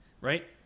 right